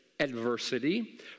Adversity